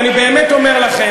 איפה?